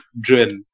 Drill